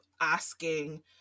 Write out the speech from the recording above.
asking